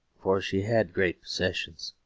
for she had great possessions.